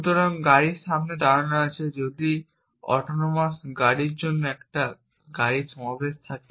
সুতরাং গাড়ির সামনে দাঁড়ানো আছে এবং যদি অটোনোমাস গাড়ির জন্য একটি গাড়ি সমাবেশ থাকে